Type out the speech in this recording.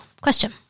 question